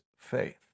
faith